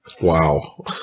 Wow